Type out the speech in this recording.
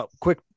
Quick